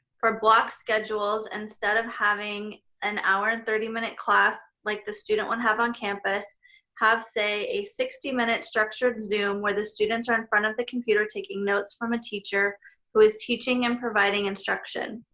for block schedules instead of having an hour and thirty minute class like the student would have on campus have, say, a sixty minute structured zoom where the students are in front of the computer taking notes from a teacher who is teaching and providing instruction.